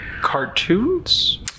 cartoons